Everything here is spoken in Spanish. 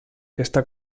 está